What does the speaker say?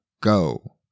Go